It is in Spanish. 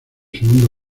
segundo